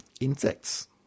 insects